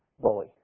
bully